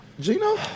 Gino